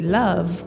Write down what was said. love